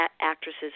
actresses